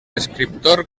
escriptor